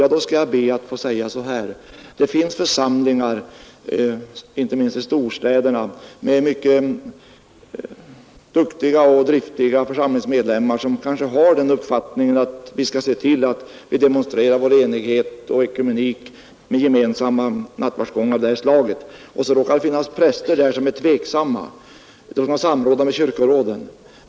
Ja, då skall jag be att få säga så här: Det finns församlingar, inte minst i storstäderna, med mycket duktiga och driftiga församlingsmedlemmar som kanske har den uppfattningen, att vi skall se till att vi demonstrerar vår enighet och ekumenik med gemensamma nattvardsgångar av det här slaget, och så råkar det finnas präster där som är tveksamma, Då skall man samråda med kyrkoråden.